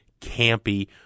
campy